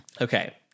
Okay